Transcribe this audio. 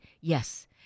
yes